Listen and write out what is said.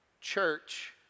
Church